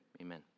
amen